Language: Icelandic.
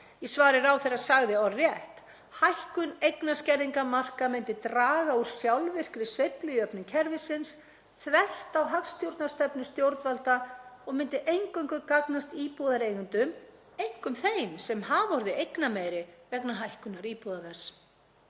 Í svari ráðherra sagði orðrétt: „Hækkun eignarskerðingarmarka myndi draga úr sjálfvirkri sveiflujöfnun kerfisins, þvert á hagstjórnarstefnu stjórnvalda, og myndi eingöngu gagnast íbúðareigendum, einkum þeim sem hafa orðið eignameiri vegna hækkunar íbúðaverðs.“